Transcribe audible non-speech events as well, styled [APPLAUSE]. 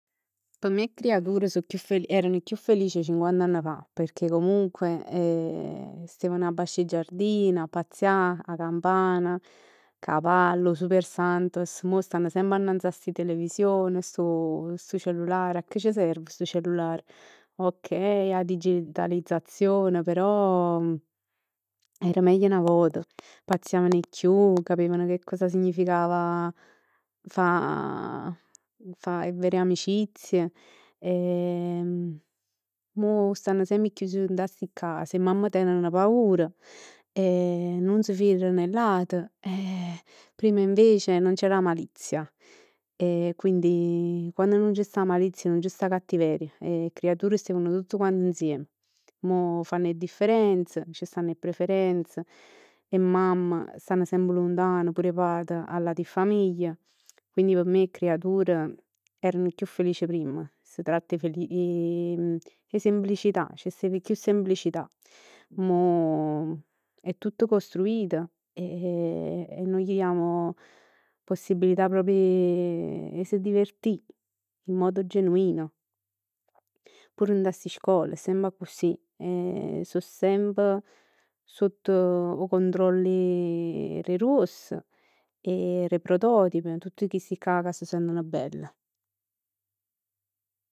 P' me 'e creatur so chiù felic, erano chiù felici cinquant'anni fa, pecchè comunque, [HESITATION] steven abbascio 'e giardini a pazzia, 'a campana, cavallo, 'o Super Santos. Mo stanno semp annanz 'a sti televisioni, stu, stu cellular, a che c' serv stu cellular? Okei 'a digitalizzazione però era meglio 'na vot, pazziavan 'e chiù, capevan che significava fa [HESITATION] fa 'e vere amicizie e [HESITATION] mo stann semp chius dint 'a sti case, 'e mamme teneno paura [HESITATION] e nun s' fidano e ll'ate, [HESITATION] prima invece non c'era malizia. E quindi quando non ci sta malizia non ci sta cattiveria e 'e creatur steven tutt quant insiem. Mo fanno 'e differenze, fanno 'e preferenze, 'e mamm stanno semp luntan, pur 'e pat, a ll'ate famiglie. Quindi p' me 'e creature erano chiù felici primm. S'tratt 'e [HESITATION] 'e semplicità, c'stev chiù semplicità. Mo [HESITATION] è tutto costruito, [HESITATION] e non gli diamo possibilità proprio 'e [HESITATION] si divertì in modo genuino. Pur dint 'a sti scol è semp accussì. So semp sott 'o controllo d' 'e gruoss e d' 'e prototip, tutt chisticcà ca s' senten bell.